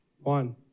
One